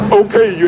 okay